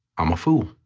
i'm a fool.